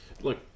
Look